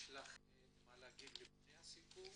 יש לך להגיד לפני הסיכום?